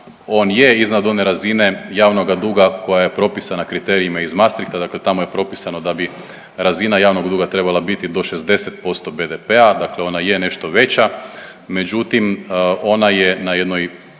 on je iznad one razine javnoga duga koja je propisana kriterijima iz Mastrichta. Dakle, tamo je propisano da bi razina javnog duga trebala biti do 60% BDP-a, dakle ona je nešto veća. Međutim, ona je na jednoj